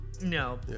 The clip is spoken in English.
No